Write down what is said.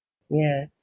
ya